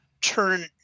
turn